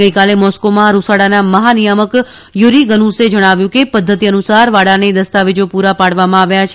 ગઇકાલે મોસ્કોમાં રૂસાડાના મહાનિયામક યુરી ગનુસે જણાવ્યું કે પદ્ધતિ અનુસાર વાડાને દસ્તાવેજો પૂરા પાડવામાં આવ્યા છે